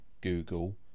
google